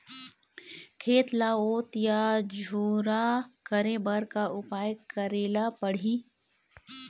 खेत ला ओल या झुरा करे बर का उपाय करेला पड़ही?